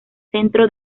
centro